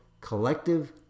collective